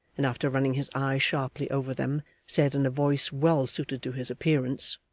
and after running his eye sharply over them, said in a voice well suited to his appearance